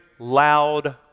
Loud